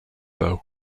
though